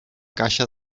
caixa